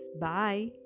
Bye